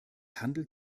handelt